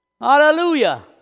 Hallelujah